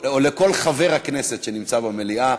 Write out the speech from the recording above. או לכל חבר הכנסת שנמצא במליאה.